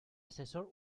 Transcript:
asesor